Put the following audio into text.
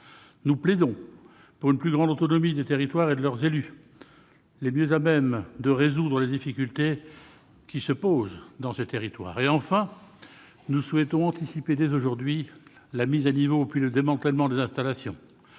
nous plaidons pour une plus grande autonomie des territoires et de leurs élus, qui sont les mieux à même de résoudre les difficultés locales ; enfin, nous souhaitons anticiper dès aujourd'hui la mise à niveau, puis le démantèlement des installations.